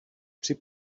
při